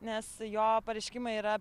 nes jo pareiškimai yra